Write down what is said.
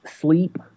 sleep